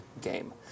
game